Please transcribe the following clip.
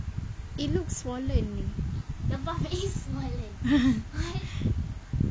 it looks swollen